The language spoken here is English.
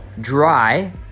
dry